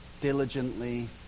diligently